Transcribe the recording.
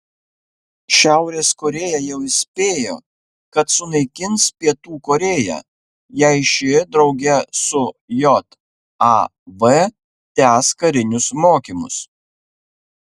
šiaurės korėja jau įspėjo kad sunaikins pietų korėją jei ši drauge su jav tęs karinius mokymus